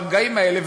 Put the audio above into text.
ברגעים האלה,